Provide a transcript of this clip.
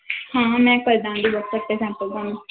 ਹਾਂ ਮੈਂ ਮੈਂ ਕਰ ਦੇਵਾਂਗੀ ਵਟਸਐਪ 'ਤੇ ਸੈਂਡ ਤੁਹਾਨੂੰ